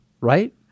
right